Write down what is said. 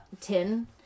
tin